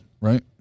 Right